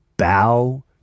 Bow